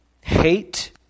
Hate